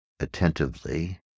attentively